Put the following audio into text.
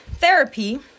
therapy